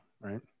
right